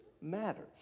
matters